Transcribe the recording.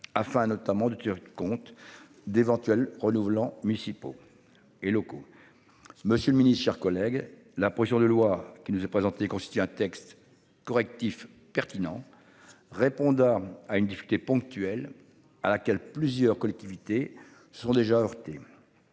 afin notamment de tenir compte d'éventuels renouvelant municipaux et locaux. Monsieur le Ministre, chers collègues, la pression de loi qui nous est présenté constitue un texte correctif pertinents, répondant à une difficulté ponctuelle à laquelle plusieurs collectivités se sont déjà heurtés.